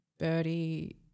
Birdie